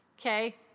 okay